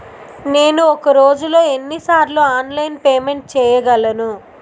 నేను ఒక రోజులో ఎన్ని సార్లు ఆన్లైన్ పేమెంట్ చేయగలను?